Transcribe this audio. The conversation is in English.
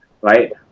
right